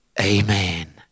Amen